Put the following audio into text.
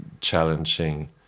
challenging